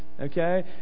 okay